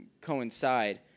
coincide